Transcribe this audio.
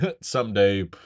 someday